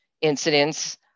incidents